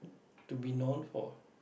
to be known for